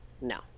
No